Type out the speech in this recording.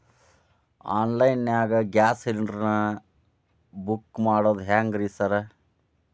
Online ನಾಗ gas cylinder ನಾ book ಮಾಡೋದ್ ಹೆಂಗ್ರಿ ಸಾರ್?